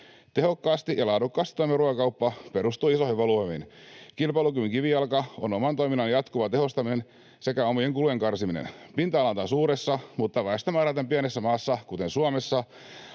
Tehokkaasti ja laadukkaasti toimiva ruokakauppa perustuu isoihin volyymeihin. Kilpailukyvyn kivijalka on oman toiminnan jatkuva tehostaminen sekä omien kulujen karsiminen. Pinta-alaltaan suuressa mutta väestömäärältään pienessä maassa, kuten Suomessa,